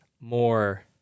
more